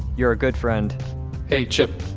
you're a good friend hey chip.